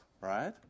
right